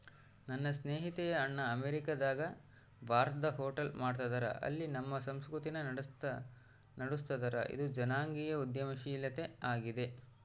ನನ್ನ ಸ್ನೇಹಿತೆಯ ಅಣ್ಣ ಅಮೇರಿಕಾದಗ ಭಾರತದ ಹೋಟೆಲ್ ಮಾಡ್ತದರ, ಅಲ್ಲಿ ನಮ್ಮ ಸಂಸ್ಕೃತಿನ ನಡುಸ್ತದರ, ಇದು ಜನಾಂಗೀಯ ಉದ್ಯಮಶೀಲ ಆಗೆತೆ